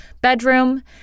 bedroom